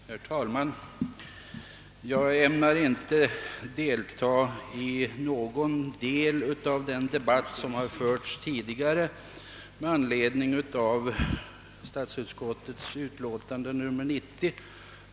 Herr talman! Jag ämnar inte delta i någon del av den debatt som har förts tidigare i dag med anledning av statsutskottets utlåtande nr 90.